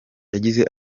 yagize